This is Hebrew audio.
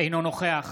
אינו נוכח